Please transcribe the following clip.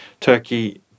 Turkey